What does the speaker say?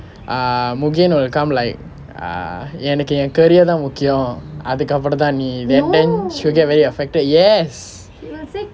err mugen will come like err எனக்கு என்:enakku en career தான் முக்கியம் அதுக்கு அப்புறம் தான் நீ:thaan mukkiyam athukku appuram thaan and then then she'll get very affected yes